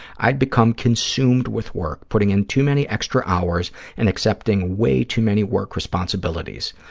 i'd become consumed with work, putting in too many extra hours and accepting way too many work responsibilities.